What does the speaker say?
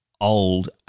old